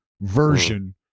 version